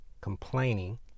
complaining